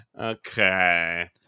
okay